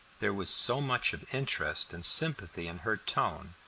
there was so much of interest and sympathy in her tone,